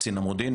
קצין המודיעין,